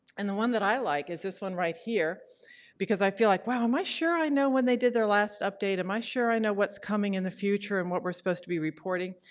and the one that i like is this one right here because i feel like, wow, am i sure i know when they did their last update? am i sure i know what's coming in the future and what we're supposed to be reporting?